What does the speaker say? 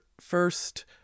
first